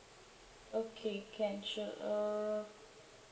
okay can sure uh